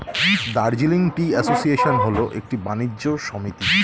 Darjeeling tea association হল একটি বাণিজ্য সমিতি